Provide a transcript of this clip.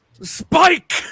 Spike